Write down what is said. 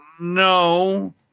no